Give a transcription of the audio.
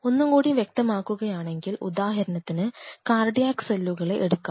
ഒന്നുംകൂടി വ്യക്തമാക്കുകയാണെങ്കിൽ ഉദാഹരണത്തിന് കാർഡിയാക് സെല്ലുകളെ എടുക്കാം